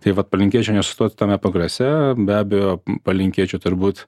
tai vat palinkėčiau nesustot tame progrese be abejo palinkėčiau turbūt